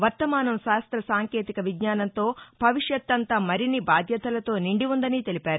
వర్తమానం శాస్త సాంకేతిక విజ్ఞానంతో భవిష్యత్తంతా మరిన్ని బాధ్యతలతో నిండి ఉందని తెలిపారు